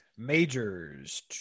majors